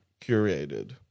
curated